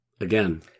Again